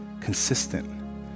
consistent